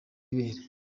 ibere